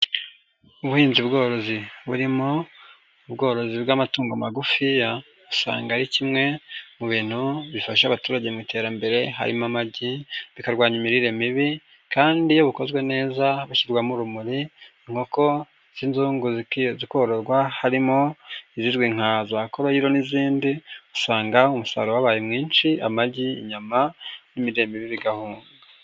Ubuhinzi bworozi burimo ubworozi bw'amatungo magufiya, usanga ari kimwe mu bintu bifasha abaturage mu iterambere harimo amagi, bikarwanya imirire mibi kandi iyo bukozwe neza hashyirwamo urumuri, inkoko z'inzungu zikororwa harimo izizwi nka za Koroyiro n'izindi, usanga umusaruro wabaye mwinshi, amagi, inyama n'imirire mibi igahunga.